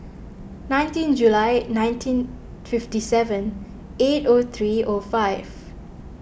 nineteen July nineteen fifty seven eight o three o five